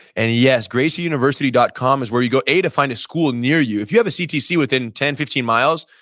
and yes, gracieuniversity dot com is where you go a, to find a school near you. if you have a ctc within ten, fifteen miles,